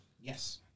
Yes